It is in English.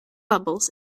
bubbles